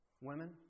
women